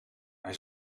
hij